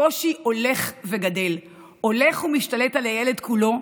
הקושי הולך וגדל, הולך ומשתלט על הילד כולו,